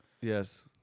yes